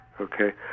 okay